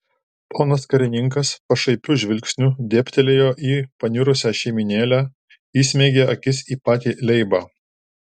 ponas karininkas pašaipiu žvilgsniu dėbtelėjo į paniurusią šeimynėlę įsmeigė akis į patį leibą